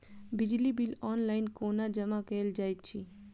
बिजली bill online कोना जमा कएल जाइत अछि?